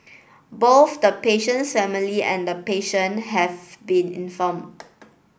both the patient's family and the patient have been informed